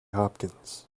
hopkins